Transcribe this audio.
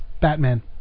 Batman